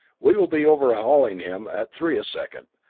we will be overhauling him at three a second,